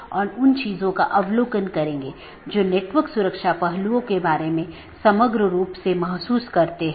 इसके साथ ही आज अपनी चर्चा समाप्त करते हैं